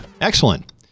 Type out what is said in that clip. Excellent